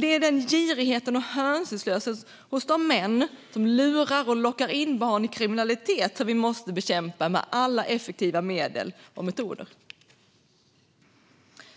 Det är den girigheten och hänsynslösheten hos de män som lurar och lockar in barn i kriminalitet som vi måste bekämpa med alla effektiva medel och metoder.